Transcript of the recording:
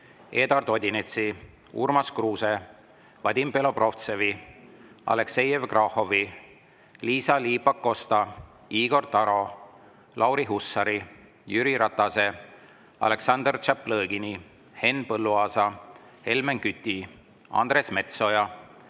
Eduard Odinetsi, Urmas Kruuse, Vadim Belobrovtsevi, Aleksei Jevgrafovi, Liisa-Ly Pakosta, Igor Taro, Lauri Hussari, Jüri Ratase, Aleksandr Tšaplõgini, Henn Põlluaasa, Helmen Küti, Andres Metsoja,